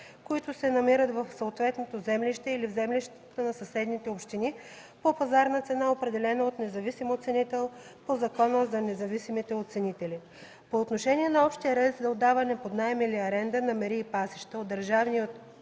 които се намират в съответното землище или в землищата на съседните общини, по пазарна цена, определена от независим оценител по Закона за независимите оценители. По отношение на общия ред за отдаване под наем или аренда на мери и пасища от държавния и